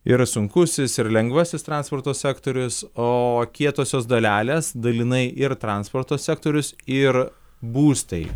ir sunkusis ir lengvasis transporto sektorius o kietosios dalelės dalinai ir transporto sektorius ir būstai